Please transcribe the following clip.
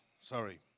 Sorry